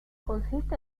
consiste